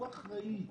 הוא אחראי.